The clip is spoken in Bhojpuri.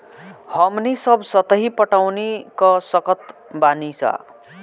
हमनी सब सतही पटवनी क सकतऽ बानी जा